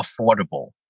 affordable